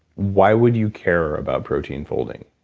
why would you care about protein folding?